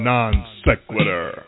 Non-Sequitur